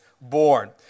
born